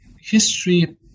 history